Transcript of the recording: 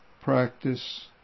practice